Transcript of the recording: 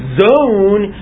zone